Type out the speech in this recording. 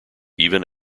even